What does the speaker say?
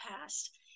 past